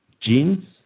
genes